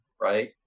right